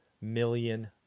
million